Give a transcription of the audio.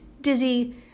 dizzy